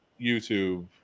YouTube